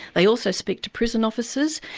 they also speak to prison officers,